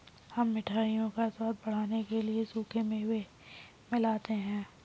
हम मिठाइयों का स्वाद बढ़ाने के लिए सूखे मेवे मिलाते हैं